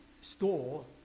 Store